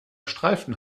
streifen